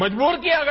मजबूर किया गया